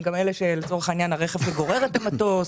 שמספקים את הרכב שגורר את המטוס,